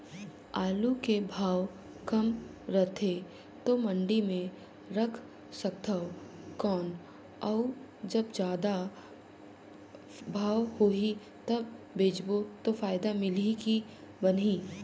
आलू के भाव कम रथे तो मंडी मे रख सकथव कौन अउ जब जादा भाव होही तब बेचबो तो फायदा मिलही की बनही?